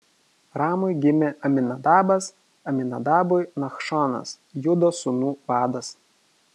ramui gimė aminadabas aminadabui nachšonas judo sūnų vadas